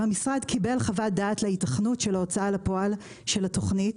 האם המשרד קיבל חוות דעת להיתכנות של ההוצאה לפועל של התוכנית